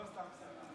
לא סתם שרה.